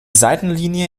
seitenlinie